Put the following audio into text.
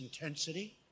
intensity